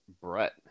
Brett